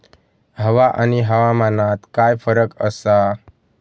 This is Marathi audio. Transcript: हवा आणि हवामानात काय फरक असा?